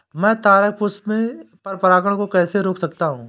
मैं तारक पुष्प में पर परागण को कैसे रोक सकता हूँ?